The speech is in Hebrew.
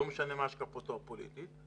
לא משנה מה השקפתו הפוליטית.